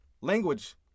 Language